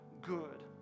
good